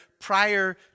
prior